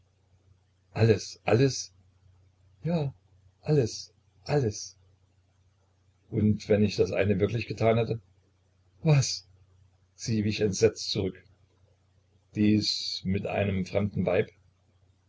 alles alles ja alles alles und wenn ich das eine wirklich getan hätte was sie wich entsetzt zurück dies mit einem fremden weib